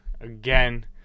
again